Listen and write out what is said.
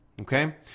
okay